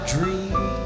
Dream